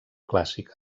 clàssica